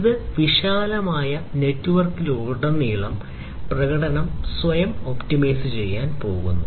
ഇത് വിശാലമായ നെറ്റ്വർക്കിലുടനീളം പ്രകടനം സ്വയം ഒപ്റ്റിമൈസ് ചെയ്യാൻ പോകുന്നു